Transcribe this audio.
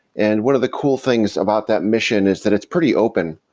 and one of the cool things about that mission is that it's pretty open.